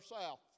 south